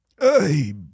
Hey